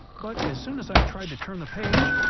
but, as soon as i tried to turn the page,